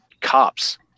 cops